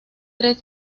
tres